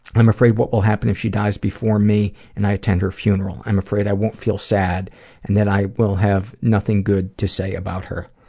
i'm afraid what will happen if she dies before me and i attend her funeral. i'm afraid i won't feel sad and that i will have nothing good to say about her.